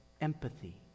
empathy